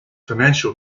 financial